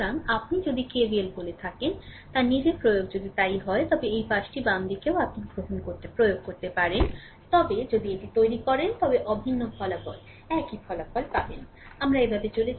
সুতরাং আপনি যদি KVL বলে থাকেন তার নিজের প্রয়োগ যদি তাই হয় তবে এই পাশটি বাম দিকেও আপনি প্রয়োগ করতে পারেন আপনি যদি এটি তৈরি করেন তবে অভিন্ন ফলাফল একই ফলাফল পাবেন